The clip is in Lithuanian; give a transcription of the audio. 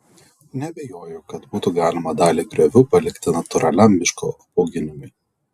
neabejoju kad būtų galima dalį griovių palikti natūraliam miško apaugimui